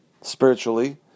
spiritually